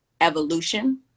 evolution